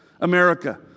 America